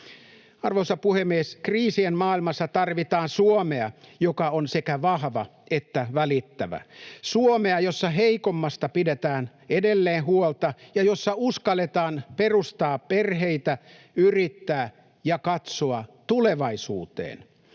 Arvoisa puhemies! Kriisien maailmassa tarvitaan Suomea, joka on sekä vahva että välittävä — Suomea, jossa heikommista pidetään edelleen huolta ja jossa uskalletaan perustaa perheitä, yrittää ja katsoa tulevaisuuteen.